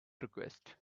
request